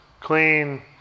clean